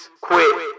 quit